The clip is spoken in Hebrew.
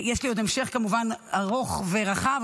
יש לי עוד המשך כמובן ארוך ורחב,